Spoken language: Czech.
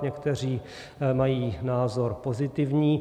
Někteří mají názor pozitivní.